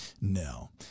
No